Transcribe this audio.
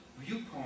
viewpoint